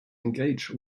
engage